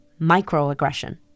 microaggression